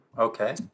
Okay